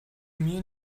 mir